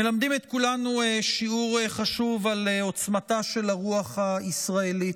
מלמדים את כולנו שיעור חשוב על עוצמתה של הרוח הישראלית.